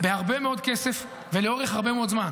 בהרבה מאוד כסף ולאורך הרבה מאוד זמן.